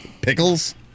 pickles